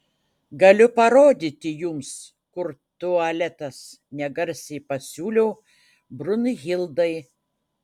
galiu parodyti jums kur tualetas negarsiai pasiūliau brunhildai